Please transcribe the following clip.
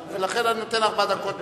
ולכן, אני נותן ארבע דקות מראש.